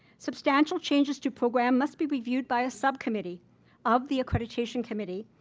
substantial changes to programs must be reviewed by a subcommittee of the accreditation committee,